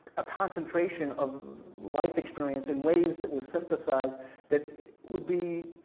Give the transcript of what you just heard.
a concentration of life experience in ways that was synthesized that would be,